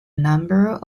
number